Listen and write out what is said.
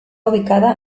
ubicada